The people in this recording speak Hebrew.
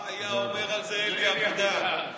יהיה לנו זמן איכות ביחד.